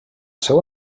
seu